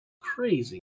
Crazy